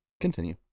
Continue